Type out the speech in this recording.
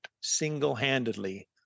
single-handedly